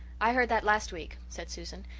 i heard that last week, said susan.